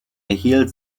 erhielt